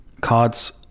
Cards